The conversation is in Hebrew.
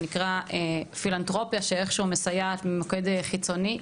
על פילנתרופיה שאיך שהוא מסייעת ממוקד חיצוני,